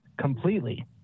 completely